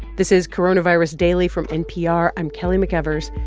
this is coronavirus daily from npr. i'm kelly mcevers.